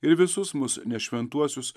ir visus mus nešventuosius